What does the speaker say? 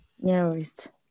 Nearest